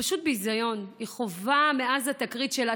פשוט ביזיון: היא חווה מאז התקרית שלה,